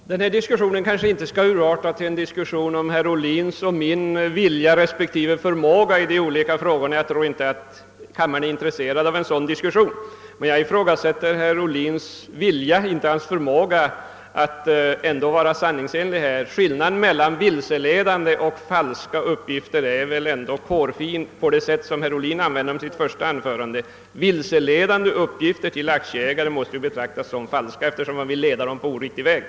Herr talman! Denna diskussion kanske inte skall urarta till en diskussion om herr Ohlins och min vilja respektive förmåga i de olika frågorna; jag tror inte att kammaren är intresserad av en sådan diskussion. Men jag ifrågasätter ändå herr Ohlins vilja — inte hans förmåga — att vara sanningsenlig här. Skillnaden mellan vilseledande och falska uppgifter är väl ändock hårfin, när herr Ohlin använder orden på det sätt han gjorde i sitt första anförande. Vilseledande uppgifter till aktieägarna måste betraktas som falska, eftersom man vill leda dem in på en oriktig väg.